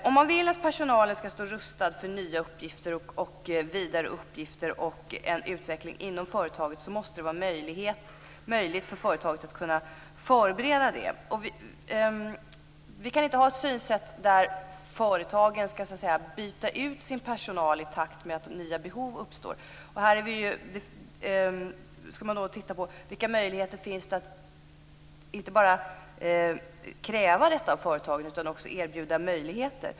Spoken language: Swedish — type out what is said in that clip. Om man vill att personalen skall stå rustad för nya och vidare uppgifter och en utveckling inom företaget måste det vara möjligt för företaget att förbereda detta. Vi kan inte ha det synsättet att företag skall byta ut sin personal i takt med att nya behov uppstår. I stället skall man se över vilka möjligheter det finns att inte bara kräva detta av företagen utan också erbjuda möjligheter.